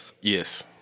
Yes